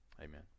Amen